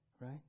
Right